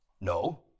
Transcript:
No